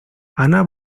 ana